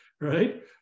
right